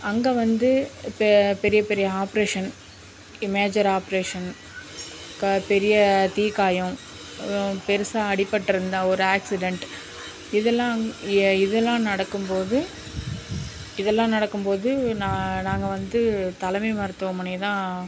அங்கே வந்து பெ பெரிய பெரிய ஆப்ரேஷன் மேஜர் ஆப்ரேஷன் க பெரிய தீக்காயம் பெரிசா அடிபட்டு இருந்தால் ஒரு ஆக்சிடென்ட் இதெல்லாம் இதெல்லாம் நடக்கும் போது இதெல்லாம் நடக்கும் போது நா நாங்கள் வந்து தலைமை மருத்துவமனை தான்